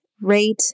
rate